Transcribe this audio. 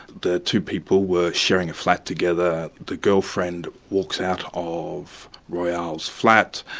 the two people were sharing a flat together, the girlfriend walks out of royale's flat,